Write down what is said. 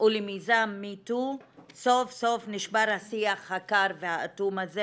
ולמיזם Me too סוף סוף נשבר השיח הקר והאטום הזה